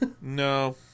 No